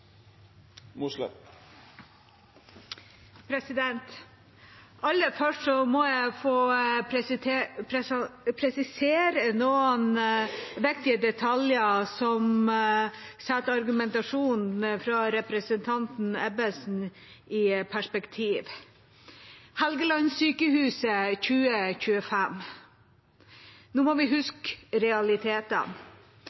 det. Aller først må jeg få presisere noen viktige detaljer som setter argumentasjonen fra representanten Ebbesen i perspektiv: Helgelandssykehuset 2025 – nå må vi